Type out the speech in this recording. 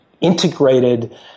integrated